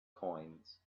coins